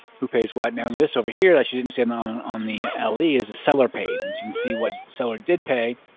who pays what now this over here that you didn't see and on on the le is a seller paid as and you can see what seller did pay.